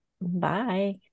Bye